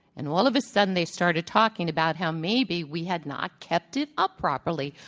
and all of a sudden they started talking about how maybe we had not kept it up properly.